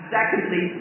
Secondly